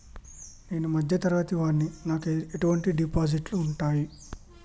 నేను మధ్య తరగతి వాడిని నాకు ఎటువంటి డిపాజిట్లు ఉంటయ్?